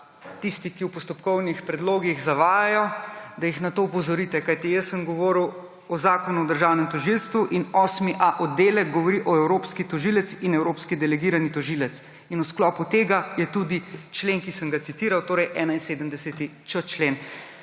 tiste, ki v postopkovnih predlogih zavajajo, na to opozorite. Kajti jaz sem govoril o Zakonu o državnem tožilstvu in 8.a oddelek govori o evropskem tožilcu in evropskem delegiranem tožilcu. V sklopu tega je tudi člen, ki sem ga citiral, torej 71.č člen.